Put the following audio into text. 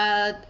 uh